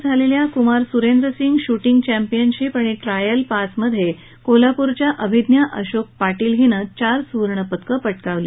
नवी दिल्ली येथे झालेल्या कुमार सुरेंद्र सिंग शूटिंग चॅम्पियनशीप व ट्रायल पाचमध्ये कोल्हापूरच्या अभिज्ञा अशोक पाटील हिने चार सुवर्णपदके पटकावली